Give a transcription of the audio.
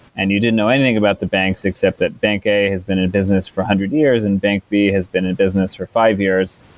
and you didn't know anything about the banks except that bank a has been in business for a one hundred years and bank b has been in business for five years,